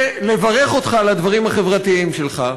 לברך אותך על הדברים החברתיים שלך,